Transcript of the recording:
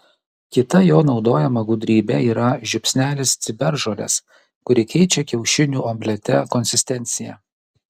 kita jo naudojama gudrybė yra žiupsnelis ciberžolės kuri keičia kiaušinių omlete konsistenciją